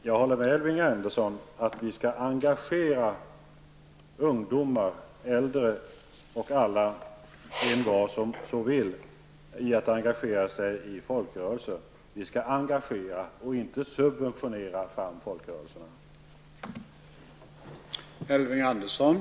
Herr talman! Jag håller med Elving Andersson om att det är viktigt att ungdomar och äldre, alla och envar som så vill, engagerar sig i folkrörelserna. Vi skall engagera och inte subventionera fram folkrörelserna.